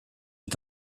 est